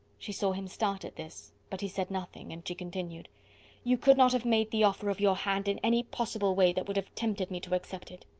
she saw him start at this, but he said nothing, and she continued you could not have made the offer of your hand in any possible way that would have tempted me to accept it.